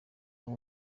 buri